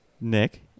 Nick